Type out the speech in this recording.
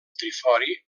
trifori